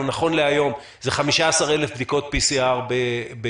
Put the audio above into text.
נכון להיום זה 15,000 בדיקות PCR ביום.